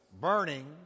burning